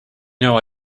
know